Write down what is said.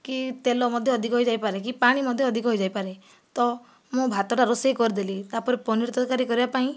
କି ତେଲ ମଧ୍ୟ ଅଧିକ ହୋଇଯାଇପାରେ କି ପାଣି ମଧ୍ୟ ଅଧିକ ହୋଇଯାଇପାରେ ତ ମୁଁ ଭାତଟା ରୋଷେଇ କରିଦେଲି ତା'ପରେ ପନିର ତରକାରୀ କରିବା ପାଇଁ